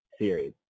Series